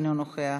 אינו נוכח,